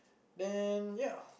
then ya